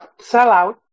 sellout